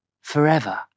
forever